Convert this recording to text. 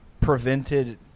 prevented